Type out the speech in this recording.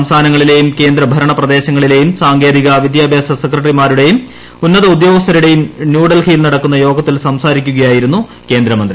സംസ്ഥാനങ്ങളിലെയും കേന്ദ്രഭരണപ്രദേശങ്ങളിലെയും സാങ്കേതിക വിദ്യാഭ്യാസ സെക്രട്ടറിമാരുടെയും ഉന്നത ഉദ്യോഗസ്ഥരുടെയും ന്യൂഡൽഹിയിൽ നടന്ന യോഗത്തിൽ സംസാരിക്കുകയായിരുന്നു കേന്ദ്രമന്ത്രി